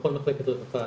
בכל מחלקת הרווחה